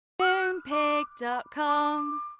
Moonpig.com